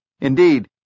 Indeed